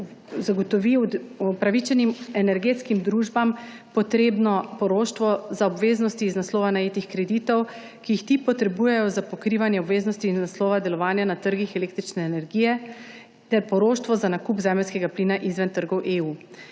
zagotovi upravičenim energetskim družbam potrebno poroštvo za obveznosti iz naslova najetih kreditov, ki jih ti potrebujejo za pokrivanje obveznosti iz naslova delovanja na trgih električne energije ter poroštvo za nakup zemeljskega plina izven trgov EU.